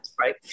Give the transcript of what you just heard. Right